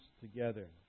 together